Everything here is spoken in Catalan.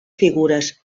figures